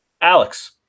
Alex